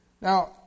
Now